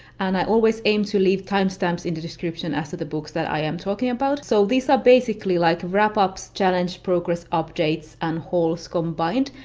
and i always aim to leave timestamps in the description as to the books that i am talking about. so these are basically like wrap-ups, challenge progress updates, and hauls combined,